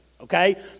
okay